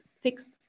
fixed